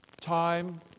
time